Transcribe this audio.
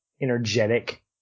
energetic